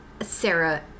Sarah